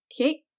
Okay